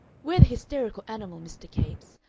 we're the hysterical animal, mr. capes.